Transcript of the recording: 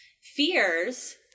fears